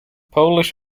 polish